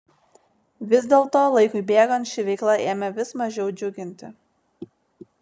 vis dėlto laikui bėgant ši veikla ėmė vis mažiau džiuginti